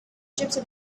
gypsy